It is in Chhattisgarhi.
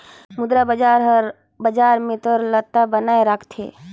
मुद्रा बजार हर बजार में तरलता बनाए राखथे